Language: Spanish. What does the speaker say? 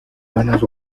buenas